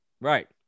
Right